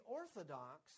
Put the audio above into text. orthodox